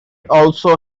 also